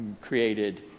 created